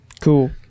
cool